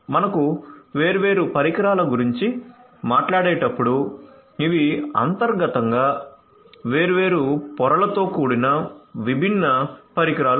మనకు వేర్వేరు పరికరాల గురించి మాట్లాడేటప్పుడు ఇవి అంతర్గతంగా వేర్వేరు పొరలతో కూడిన విభిన్న పరికరాలు